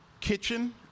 kitchen